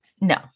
No